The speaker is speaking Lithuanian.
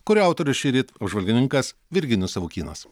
kurio autorius šįryt apžvalgininkas virginijus savukynas